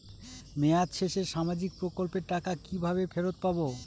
মেয়াদ শেষে সামাজিক প্রকল্পের টাকা কিভাবে ফেরত পাবো?